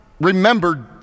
remembered